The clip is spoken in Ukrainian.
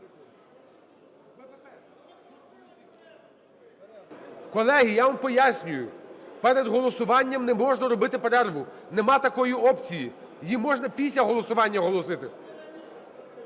колеги, я вам пояснюю, перед голосуванням не можна робити перерву, нема такої опції. Її можна після голосування оголосити.